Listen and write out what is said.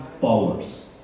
powers